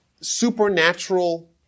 supernatural